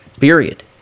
Period